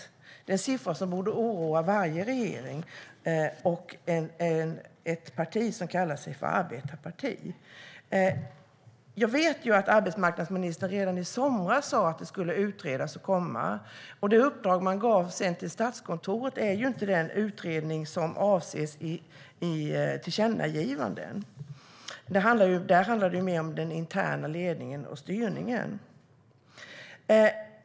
Det är en siffra som borde oroa varje regering och inte minst ett parti som kallar sig arbetarparti. Jag vet att arbetsmarknadsministern redan i somras sa att detta skulle utredas och komma. Men det uppdrag man sedan gav till Statskontoret gällde inte en sådan utredning som avses i tillkännagivandena. Där handlar det mer om den interna ledningen och styrningen.